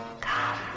Come